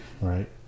right